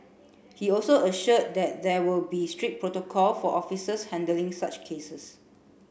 he also assured that there will be strict protocol for officers handling such cases